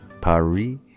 Paris